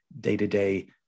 day-to-day